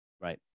Right